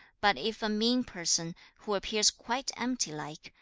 but if a mean person, who appears quite empty-like,